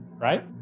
right